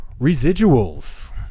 Residuals